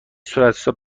صورتحساب